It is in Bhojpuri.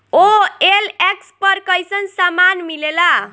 ओ.एल.एक्स पर कइसन सामान मीलेला?